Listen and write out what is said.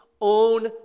own